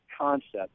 concept